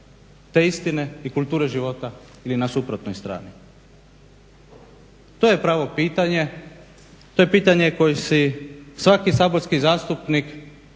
te istine i kulture života ili na suprotnoj strani? To je pravo pitanje to je pitanje koje si svaki saborski zastupnik